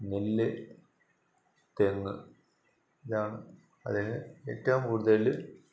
നെല്ല് തെങ്ങ് ഇതാണ് അതില് ഏറ്റവും കൂടുതൽ